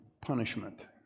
punishment